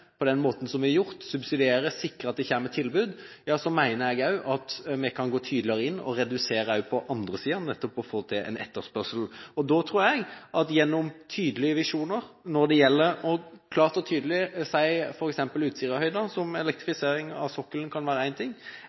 på den måten som vi har gjort, subsidiere og sikre at det kommer tilbud, mener jeg også at vi kan gå tydeligere inn og redusere også på andre siden, nettopp for å få til en etterspørsel. Da tror jeg at gjennom tydelige visjoner – klart og tydelig – kan vi si at f.eks. Utsirahøyden og elektrifisering av sokkelen kan være en ting,